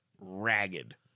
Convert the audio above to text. ragged